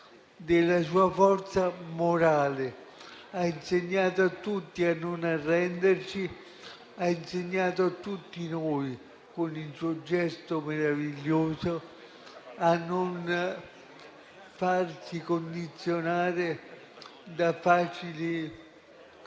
della sua forza morale: ha insegnato a tutti a non arrenderci; ha insegnato a tutti noi con il suo gesto meraviglioso a non farci condizionare da facili